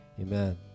Amen